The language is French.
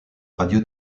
radio